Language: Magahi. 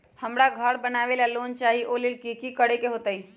हमरा घर बनाबे ला लोन चाहि ओ लेल की की करे के होतई?